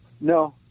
No